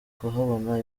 kuhabona